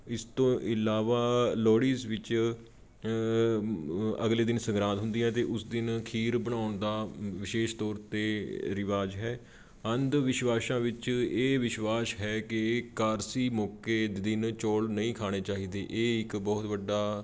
ਇਸ ਤੋਂ ਇਲਾਵਾ ਲੋਹੜੀ ਇਸ ਵਿੱਚ ਅਗਲੇ ਦਿਨ ਸੰਗਰਾਂਦ ਹੁੰਦੀ ਹੈ ਅਤੇ ਉਸ ਦਿਨ ਖੀਰ ਬਣਾਉਣ ਦਾ ਵਿਸ਼ੇਸ਼ ਤੌਰ 'ਤੇ ਰਿਵਾਜ ਹੈ ਅੰਧ ਵਿਸ਼ਵਾਸਾਂ ਵਿੱਚ ਇਹ ਵਿਸ਼ਵਾਸ ਹੈ ਕਿ ਕਾਰਸੀ ਮੌਕੇ ਦਿਨ ਚੌਲ ਨਹੀਂ ਖਾਣੇ ਚਾਹੀਦੇ ਇਹ ਇੱਕ ਬਹੁਤ ਵੱਡਾ